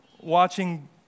watching